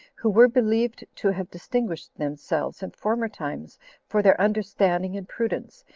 who were believed to have distinguished themselves in former times for their understanding and prudence,